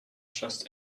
just